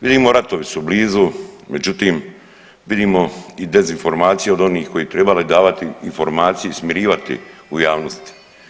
Vidimo ratovi su blizu, međutim vidimo i dezinformacije od onih koji trebaju davati informacije, smirivati u javnosti.